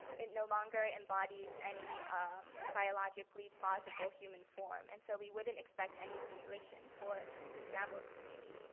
it no longer embodies any biologically plausible human form. and so we wouldn't expect any simulation for the scrambled stimuli.